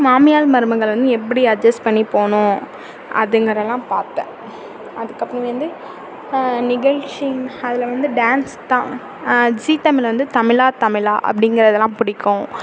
மாமியார் மருமகள் வந்து எப்படி அட்ஜஸ்ட் பண்ணி போகணும் அதுங்களைலாம் பார்ப்பேன் அதுக்கப்புறமே வந்து நிகழ்ச்சி அதில் வந்து டான்ஸ் தான் ஜீ தமிழ் வந்து தமிழா தமிழா அப்படிங்கிறதெல்லாம் பிடிக்கும்